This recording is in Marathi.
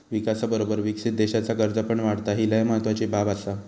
विकासाबरोबर विकसित देशाचा कर्ज पण वाढता, ही लय महत्वाची बाब आसा